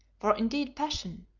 for indeed passion,